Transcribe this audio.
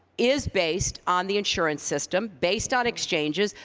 is based on the insurance system, based on exchanges,